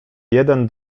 jeden